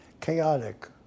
Chaotic